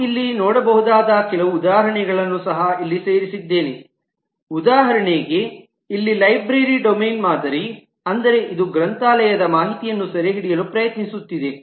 ನಾವು ಇಲ್ಲಿ ನೋಡಬಹುದಾದ ಕೆಲವು ಉದಾಹರಣೆಗಳನ್ನು ಸಹ ಇಲ್ಲಿ ಸೇರಿಸಿದ್ದೇನೆಉದಾಹರಣೆಗೆ ಇಲ್ಲಿ ಲೈಬ್ರರಿ ಡೊಮೇನ್ ಮಾದರಿ ಅಂದರೆ ಇದು ಗ್ರಂಥಾಲಯದ ಮಾಹಿತಿಯನ್ನು ಸೆರೆಹಿಡಿಯಲು ಪ್ರಯತ್ನಿಸುತ್ತಿದೆ